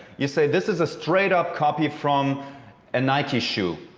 you say this is a straight up copy from a nike shoe.